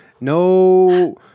No